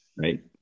right